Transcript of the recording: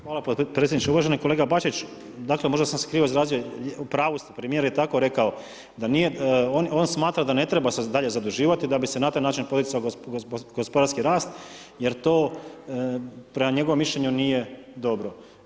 Hvala podpredsjedniče, uvaženi kolega Bačić, dakle možda sam se krivo izrazio u pravu ste, premijer je tako rekao da nije on smatra da ne treba se dalje zaduživati da bi se na taj način poticao gospodarski rast jer to jer to, prema njegovom mišljenju nije dobro.